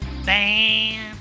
Bam